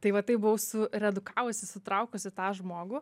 tai va taip buvau suredukavusi sutraukusi tą žmogų